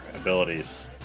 abilities